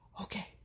Okay